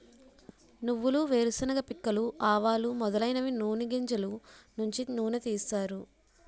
నువ్వులు వేరుశెనగ పిక్కలు ఆవాలు మొదలైనవి నూని గింజలు నుంచి నూనె తీస్తారు